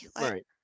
Right